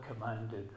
commanded